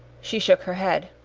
she shook her head.